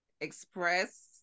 express